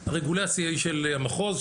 הרגולציה היא של המחוז,